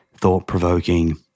thought-provoking